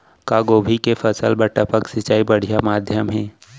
का गोभी के फसल बर टपक सिंचाई बढ़िया माधयम हे?